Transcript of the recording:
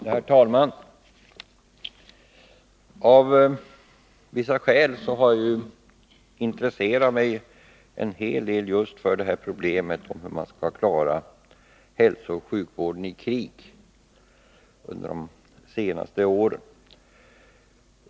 Herr talman! Av vissa skäl har jag under de senaste åren intresserat mig en hel del för problemet hur man skall klara hälsooch sjukvården i krig.